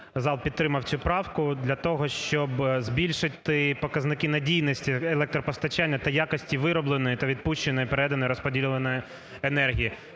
зал підтримав цю правку для того, щоб збільшити показники надійності електропостачання та якості виробленої та відпущеної переданої, розподіленої енергії.